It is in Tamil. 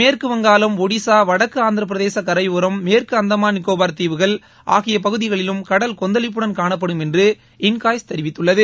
மேற்கு வங்காளம் ஒடிசா வடக்கு ஆந்திரப்பிரதேச கரையோரம் மேற்கு அந்தமான் நிக்கோபார் தீவுகள் ஆகிய பகுதிகளிலும் கடல் கொந்தளிப்புடன் காணப்படும் என்று இன்காய்ஸ் தெரிவித்துள்ளது